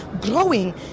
growing